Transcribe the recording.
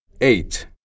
eight